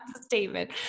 statement